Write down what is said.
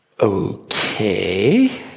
Okay